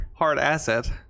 Hardasset